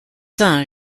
son